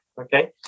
okay